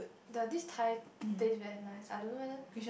the this Thai place very nice I don't know whether